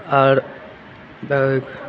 आओर दऽ दै छी